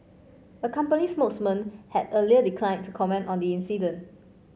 a company spokesman had earlier declined to comment on the incident